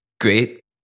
great